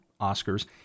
Oscars